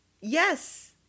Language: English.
yes